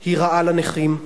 היא רעה לנכים,